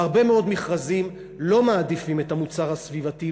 בהרבה מאוד מכרזים לא מעדיפים את המוצר הסביבתי,